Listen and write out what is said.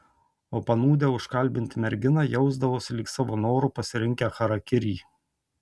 o panūdę užkalbinti merginą jausdavosi lyg savo noru pasirinkę charakirį